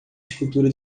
escultura